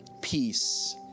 peace